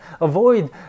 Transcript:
Avoid